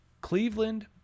cleveland